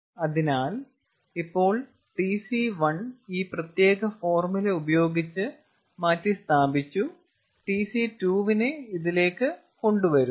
അതിനാൽ ഇപ്പോൾ Tc1 ഈ പ്രത്യേക ഫോർമുല ഉപയോഗിച്ച് മാറ്റിസ്ഥാപിച്ചു Tc2 നെ ഇതിലേക്ക് കൊണ്ടുവരുന്നു